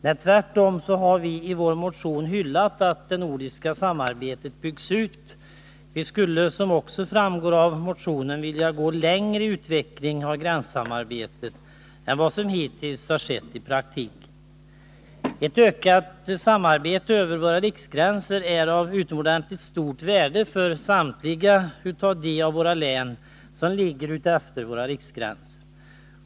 Nej, tvärtom har vi i vår motion hyllat att det nordiska samarbetet byggs ut. Vi skulle, som också framgår av motionen, vilja gå längre i utvecklingen av gränssamarbetet än vad som hittills har skett i praktiken. Ett ökat samarbete över våra riksgränser är av utomordentligt stort värde för samtliga län som ligger utefter våra riksgränser.